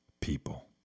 people